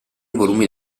volumi